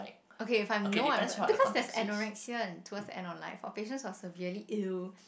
okay if I know that I'm because there's anorexia towards the end of life our patients are severely ill